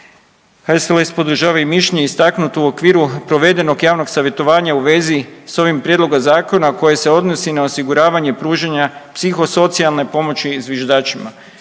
HSLS podržava i mišljenje istaknuto u okviru provedenog javnog savjetovanja u vezi s ovim prijedlogom zakona koje se odnosi na osiguravanje pružanja psihosocijalne pomoći zviždačima.